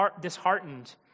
disheartened